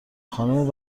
خانوم